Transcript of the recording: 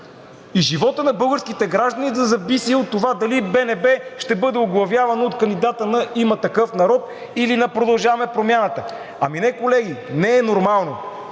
и животът на българските граждани да зависят от това дали БНБ ще бъде оглавявана от кандидата на „Има такъв народ“ или на „Продължаваме Промяната“? Ами не, колеги, не е нормално!